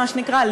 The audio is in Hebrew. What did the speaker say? מה שנקרא,